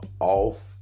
Off